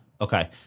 Okay